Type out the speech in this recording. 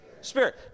Spirit